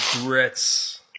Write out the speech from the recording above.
regrets